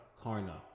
Karna